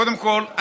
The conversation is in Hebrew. קודם כול,